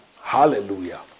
hallelujah